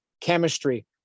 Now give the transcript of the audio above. chemistry